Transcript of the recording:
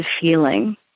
feeling